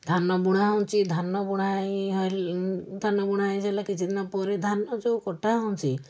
ଧାନବୁଣା ହେଉଛି ଧାନବୁଣା ହେଇ ହେଲ ଧାନବୁଣା ହେଇ ସାରିଲା କିଛିଦିନ ପରେ ଧାନ ଯେଉଁ କଟା ହେଉଛି